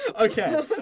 okay